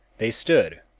they stood,